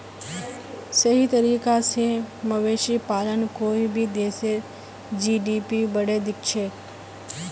सही तरीका स मवेशी पालन कोई भी देशेर जी.डी.पी बढ़ैं दिछेक